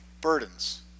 burdens